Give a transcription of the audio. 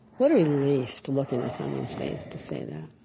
what a relief to look into someone's face to say that